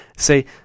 say